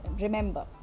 remember